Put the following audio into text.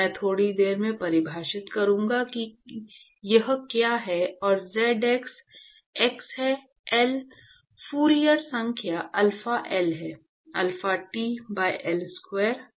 मैं थोड़ी देर में परिभाषित करूंगा कि यह क्या हैं और z x x है L फूरियर संख्या अल्फा L है alpha T by L square